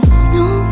snow